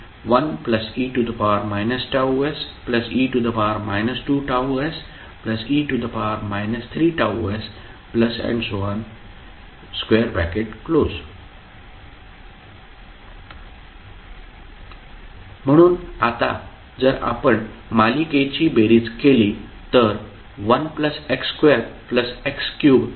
F11e Tse 2Tse 3Ts म्हणून आता जर आपण मालिकेची बेरीज केली तर 1x2x3